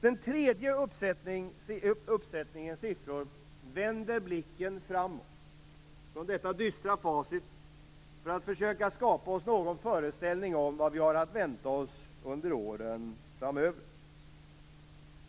Den tredje uppsättningen siffror vänder blicken framåt, från detta dystra facit, för att försöka skapa oss någon föreställning om vad vi har att vänta oss under åren framöver.